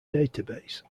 database